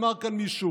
אמר כאן מישהו,